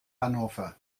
hannover